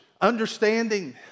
understanding